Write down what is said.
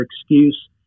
excuse